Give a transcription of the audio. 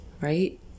right